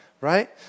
right